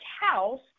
house